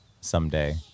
someday